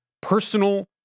personal